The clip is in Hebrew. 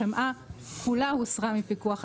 החמאה כולה הוסרה מפיקוח ,